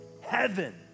Heaven